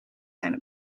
zijn